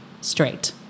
straight